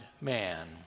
man